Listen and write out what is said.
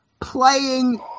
Playing